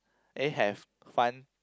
and have fun